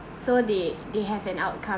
so they they have an outcome